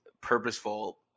purposeful